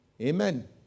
Amen